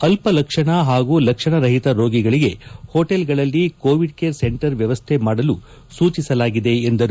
ಅಲ್ಪ ಲಕ್ಷಣ ಹಾಗೂ ಲಕ್ಷಣರಹಿತ ರೋಗಿಗಳಿಗೆ ಹೋಟೆಲ್ಗಳಲ್ಲಿ ಕೋವಿಡ್ ಕೇರ್ ಸೆಂಟರ್ ವ್ಯವಸ್ಥೆ ಮಾಡಲು ಸೂಚಿಸಲಾಗಿದೆ ಎಂದರು